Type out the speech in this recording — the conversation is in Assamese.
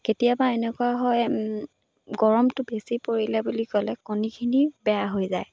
কেতিয়াবা এনেকুৱা হয় গৰমটো বেছি পৰিলে বুলি ক'লে কণীখিনি বেয়া হৈ যায়